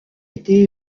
été